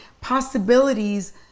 possibilities